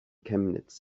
chemnitz